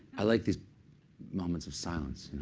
i like these moments of silence.